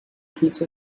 pizza